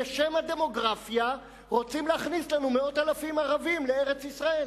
בשם הדמוגרפיה רוצים להכניס לנו מאות אלפי ערבים לארץ-ישראל